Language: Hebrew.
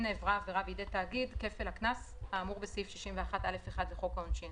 נעברה העבירה בידי תאגיד כפל הקנס האמור בסעיף 61(א)(1) לחוק העונשין.